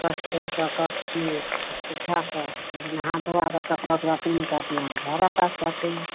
पठ हैं उठाकर हम लोग नहा धोआकर कपरा ओपरा फ़िर तो अपना घरा पास आते हैं